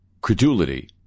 credulity